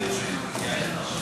נצביע.